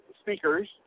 speakers